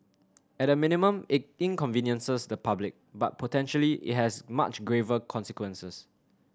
at a minimum it inconveniences the public but potentially it has much graver consequences